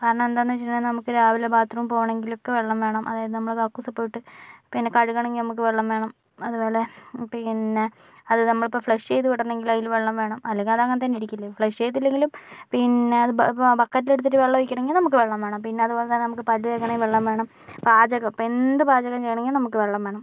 കാരണം എന്താന്ന് വച്ചിട്ടുണ്ടെങ്കിൽ നമുക്ക് രാവിലെ ബാത്റൂമിൽ പോകണമെങ്കിലൊക്കെ വെള്ളം വേണം അതായത് നമ്മള് കക്കൂസിൽ പോയിട്ട് പിന്നെ കഴുകണമെങ്കിൽ നമുക്ക് വെള്ളം വേണം അതുപോലെ പിന്നെ അത് നമ്മളിപ്പം ഫ്ലെഷ് ചെയ്ത് വിടണങ്കില് അതില് വെള്ളം വേണം അല്ലങ്കിൽ അത് അങ്ങനെ തന്നെ ഇരിക്കില്ലേ ഫ്ലെഷ് ചെയ്തില്ലങ്കിലും പിന്നെ അത് ഇപ്പം ബക്കറ്റിലെടുത്ത് വെള്ളമൊഴിക്കണമെങ്കിൽ നമുക്ക് വെള്ളം വേണം പിന്നെ പല്ല് തേക്കണമെങ്കിൽ വെള്ളം വേണം പാചകം എന്ത് പാചകം ചെയ്യണമെങ്കിലും നമുക്ക് വെള്ളം വേണം